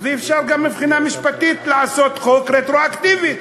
ואפשר גם מבחינה משפטית לעשות חוק רטרואקטיבי,